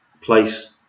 place